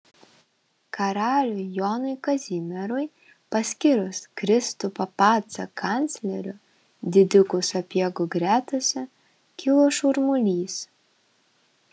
karaliui jonui kazimierui paskyrus kristupą pacą kancleriu didikų sapiegų gretose kilo šurmulys